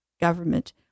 government